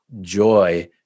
joy